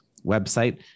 website